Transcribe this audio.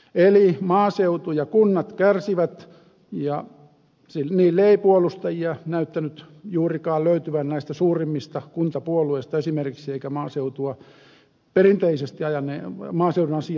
eli maaseutu ja kunnat kärsivät ja niille ei puolustajia näyttänyt juurikaan löytyvän näistä suurimmista kuntapuolueista esimerkiksi eikä maaseudun asiaa perinteisesti ajaneista puolueista